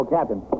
Captain